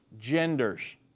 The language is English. genders